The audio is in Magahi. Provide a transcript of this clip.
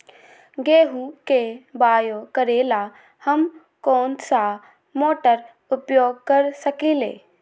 गेंहू के बाओ करेला हम कौन सा मोटर उपयोग कर सकींले?